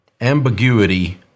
Ambiguity